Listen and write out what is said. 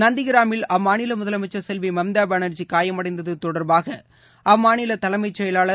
நந்திகிராமில் அம்மாநிலமுதலமைச்சர் செல்விமம்தாபானர்ஜி காயமடைந்ததொடர்பாகஅம்மாநிலதலைஎமச் செயலாளர்